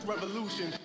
revolution